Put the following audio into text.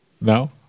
No